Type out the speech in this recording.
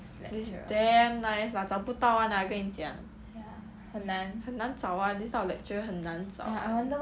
he's damn nice lah 找不到 [one] lah 跟你讲很难找 [one] this type of lecturer 很难找